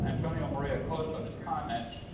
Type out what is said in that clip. antonio maria costa on his comments.